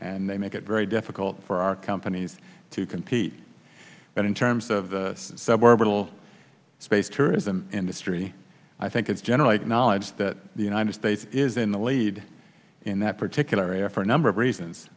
and they make it very difficult for our companies to compete but in terms of the sub orbital space tourism industry i think it's generally acknowledged that the united states is in the lead in that particular area for a number of reasons